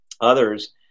Others